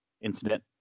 Incident